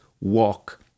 walk